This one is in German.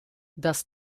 das